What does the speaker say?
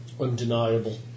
undeniable